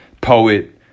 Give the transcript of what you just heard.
poet